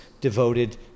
devoted